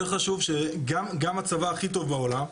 גם הצבא הכי טוב בעולם,